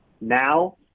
Now